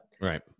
Right